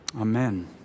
Amen